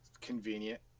Convenient